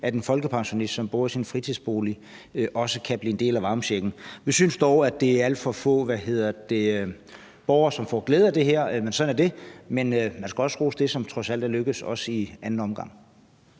at en folkepensionist, som bor i sin fritidsbolig, også kan få del i varmechecken. Vi synes dog, at det er alt for få borgere, som får glæde af det her, men sådan er det. Men man skal også rose det, som trods alt er lykkedes også i anden omgang.